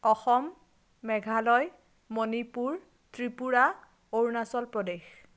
Assam Meghalaya Manipur Tripura Arunachal Pradesh